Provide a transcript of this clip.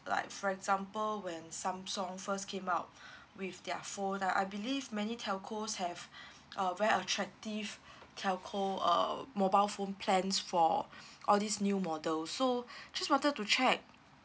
like for example when samsung first came out with their phone I I believe many telco have a where attractive telco um mobile phone plans for all these new models so just wanted to check